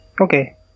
okay